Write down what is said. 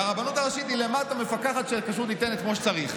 והרבנות הראשית היא למטה מפקחת שהכשרות ניתנת כמו שצריך.